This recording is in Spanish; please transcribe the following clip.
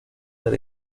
del